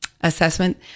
assessment